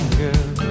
girl